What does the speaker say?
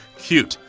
cute,